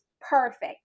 perfect